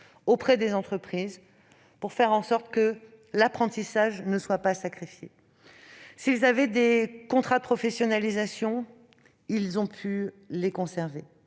auprès des entreprises pour faire en sorte que l'apprentissage ne soit pas sacrifié. Ceux qui avaient des contrats de professionnalisation ont pu les conserver.